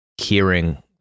hearing